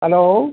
hello